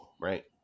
right